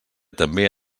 també